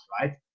right